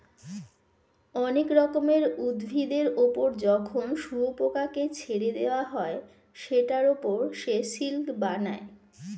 অনেক রকমের উভিদের ওপর যখন শুয়োপোকাকে ছেড়ে দেওয়া হয় সেটার ওপর সে সিল্ক বানায়